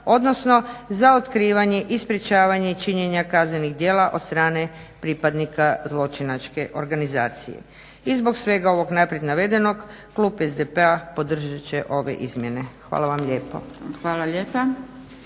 odnosno za otkrivanje i sprečavanje činjenja kaznenih djela od strane pripadnika zločinačke organizacije. I zbog svega ovog naprijed navedenog klub SDP-a podržat će ove izmjene. Hvala vam lijepo.